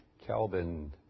Calvin